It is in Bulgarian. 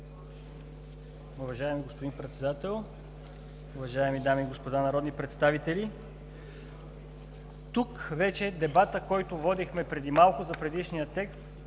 Уважаеми господин Председател, уважаеми дами и господа народни представители! Тук вече дебатът, който водихме преди малко за предишния текст